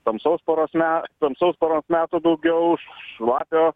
tamsaus paros me tamsaus paros meto daugiau šlapio